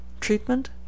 Treatment